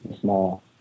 Small